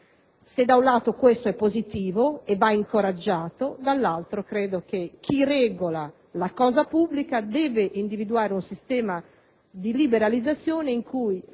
Se da un lato questo processo è positivo e va incoraggiato, dall'altro credo che chi regola la cosa pubblica debba individuare un sistema di liberalizzazioni in cui